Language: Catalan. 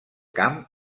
camp